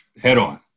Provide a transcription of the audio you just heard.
head-on